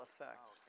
effect